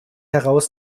heraus